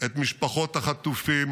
את משפחות החטופים.